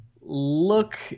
Look